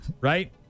right